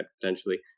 potentially